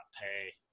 pay